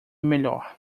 melhor